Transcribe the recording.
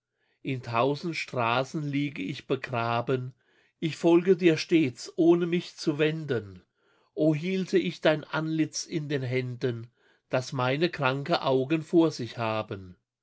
in tausend straßen liege ich begraben ich folge dir stets ohne mich zu wenden o hielte ich dein antlitz in den händen das meine kranke augen vor sich haben